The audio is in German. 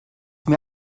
mir